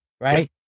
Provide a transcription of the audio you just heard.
right